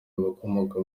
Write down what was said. abakomoka